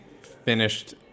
finished